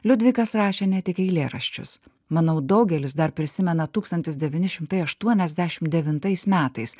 liudvikas rašė ne tik eilėraščius manau daugelis dar prisimena tūkstantis devyni šimtai aštuoniasdešimt devintais metais